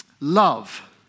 Love